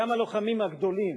גם הלוחמים הגדולים,